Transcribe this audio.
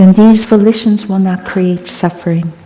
and these volitions will not create suffering.